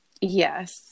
yes